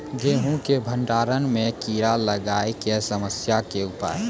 गेहूँ के भंडारण मे कीड़ा लागय के समस्या के उपाय?